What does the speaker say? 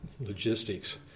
logistics